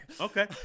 okay